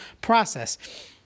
process